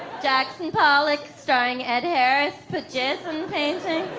jackson pollock's starring ed harris, put jizz in paintings.